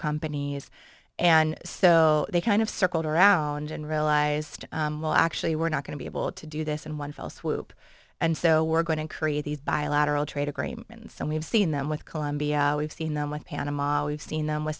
companies and so they kind of circled around and realized well actually we're not going to be able to do this in one fell swoop and so we're going to create these bilateral trade agreements and we've seen them with colombia we've seen them with panama we've seen them with